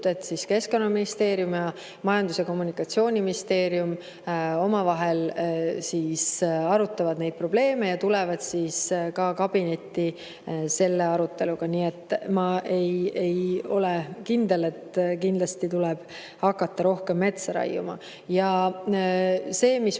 et Keskkonnaministeerium ja Majandus‑ ja Kommunikatsiooniministeerium omavahel arutavad neid probleeme ja tulevad ka kabinetti selle aruteluga. Nii et ma ei ole kindel, et kindlasti tuleb hakata rohkem metsa raiuma. Ja mis